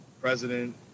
president